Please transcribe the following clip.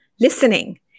listening